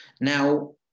Now